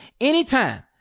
anytime